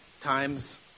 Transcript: times